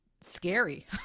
scary